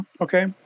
okay